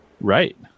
Right